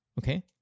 Okay